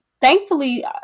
thankfully